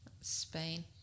Spain